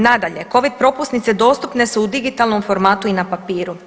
Nadalje, Covid propusnice dostupne su u digitalnom formatu i na papiru.